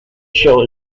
show